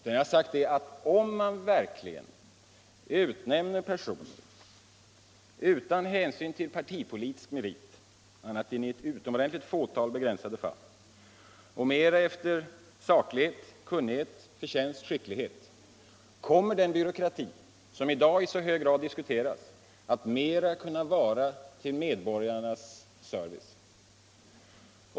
Jag har sagt att om man verkligen utnämner personer utan hänsyn till partipolitiska meriter — annat än i ett utomordentligt begränsat antal fall — och mera efter saklighet, kunnighet, förtjänst och skicklighet kommer den byråkrati som i dag i så hög grad diskuteras att mera kunna vara till medborgarnas service.